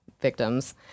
victims